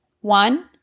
One